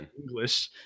English